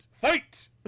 Fight